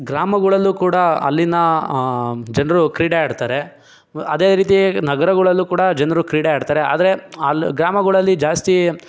ಗ್ರಾಮಗಳಲ್ಲೂ ಕೂಡ ಅಲ್ಲಿನ ಜನರು ಕ್ರೀಡೆ ಆಡ್ತಾರೆ ಅದೇ ರೀತಿ ನಗರಗಳಲ್ಲೂ ಕೂಡ ಜನರು ಕ್ರೀಡೆ ಆಡ್ತಾರೆ ಆದರೆ ಅಲ್ಲಿ ಗ್ರಾಮಗಳಲ್ಲಿ ಜಾಸ್ತಿ